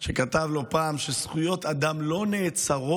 אהרן ברק, שכתב לא פעם שזכויות אדם לא נעצרות